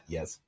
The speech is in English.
Yes